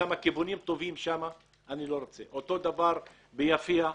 אותו דבר ביפיע.